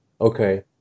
Okay